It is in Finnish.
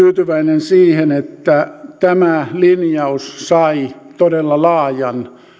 tyytyväinen siihen että tämä linjaus sai todella laajan